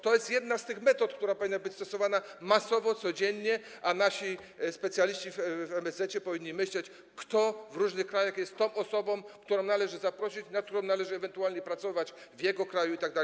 To jest jedna z tych metod, które powinny być stosowane masowo, codziennie, a nasi specjaliści w MSZ-ecie powinni myśleć, kto w różnych krajach jest tą osobą, którą należy zaprosić, nad którą należy ewentualnie pracować w jej kraju itd.